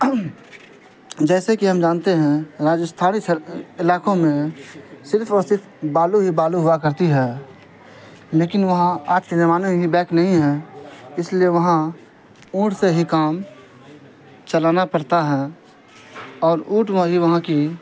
جیسے کہ ہم جانتے ہیں راجستھانی علاقوں میں صرف اور صرف بالو ہی بالو ہوا کرتی ہے لیکن وہاں آج کے جمانے میں بھی بائک نہیں ہے اس لیے وہاں اونٹ سے ہی کام چلانا پڑتا ہے اور اونٹ والی وہاں کی